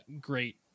great